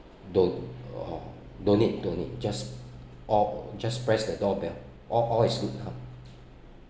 don't uh don't need don't need just all just press the doorbell all all is good ah